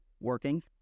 Working